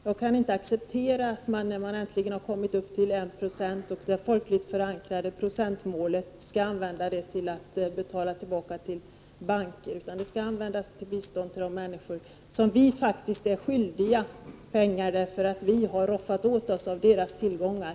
Jag kan inte acceptera att man, när man äntligen har kommit upp till 1 96, det folkligt förankrade procentmålet, skall använda detta bistånd till att betala tillbaka till banker, utan det skall användas till bistånd till de människor som vi faktiskt är skyldiga pengar, eftersom vi har roffat åt oss av deras tillgångar.